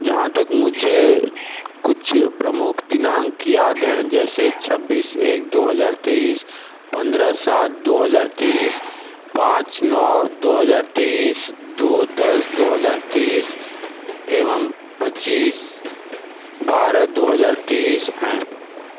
जहाँ तक मुझे कुछ प्रमुख दिनांक याद है जैसे छब्बीस एक दौ हजार तेईस पंद्रह सात दो हजार तेईस पाँच नौ दो हजार तेईस दो दस दो हजार तेईस एवं पच्चीस बारह दो हजार तेईस हैं